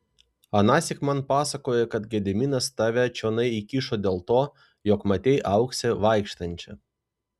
anąsyk man pasakojai kad gediminas tave čionai įkišo dėl to jog matei auksę vaikštančią